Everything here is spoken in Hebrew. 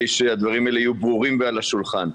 שהדברים האלה יהיו ברורים ועל השולחן.